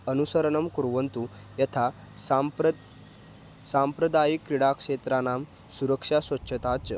अनुसरणं कुर्वन्तु यथा सम्प्रति साम्प्रदायिकक्रीडाक्षेत्राणां सुरक्षा स्वच्छता च